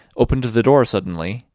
opened the door suddenly,